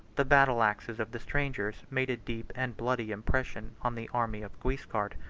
the battle-axes of the strangers made a deep and bloody impression on the army of guiscard,